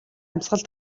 амьсгал